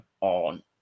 on